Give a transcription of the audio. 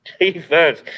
defense